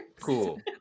Cool